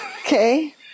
Okay